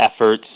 efforts